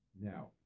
Now